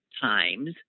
times